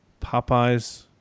Popeyes